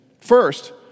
First